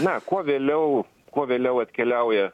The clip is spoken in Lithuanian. na kuo vėliau kuo vėliau atkeliauja